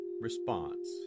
response